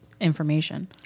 information